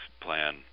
plan